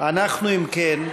אם כן,